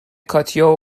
کاتیا